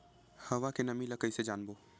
हवा के नमी ल कइसे जानबो?